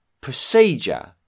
procedure